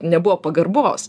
nebuvo pagarbos